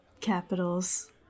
capitals